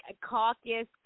Caucus